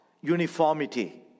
uniformity